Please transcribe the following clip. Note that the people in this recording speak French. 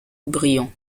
brillant